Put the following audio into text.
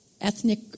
ethnic